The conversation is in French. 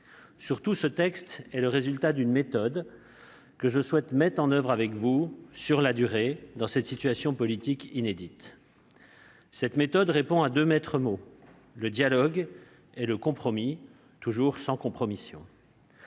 Surtout, ce texte est le résultat d'une méthode, que je souhaite mettre en oeuvre avec vous sur la durée, dans cette situation politique inédite. Cette méthode répond à deux maîtres mots : le dialogue et le compromis, toujours sans compromission.